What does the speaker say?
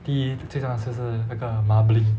第一最重要就是那个 marbling